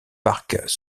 parcs